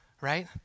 right